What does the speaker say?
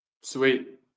Sweet